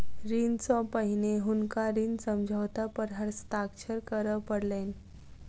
ऋण सॅ पहिने हुनका ऋण समझौता पर हस्ताक्षर करअ पड़लैन